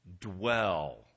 dwell